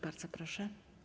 Bardzo proszę.